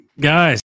Guys